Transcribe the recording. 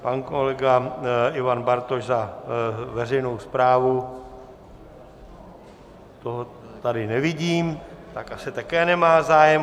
Pan kolega Ivan Bartoš za veřejnou správu, toho tady nevidím, tak asi také nemá zájem.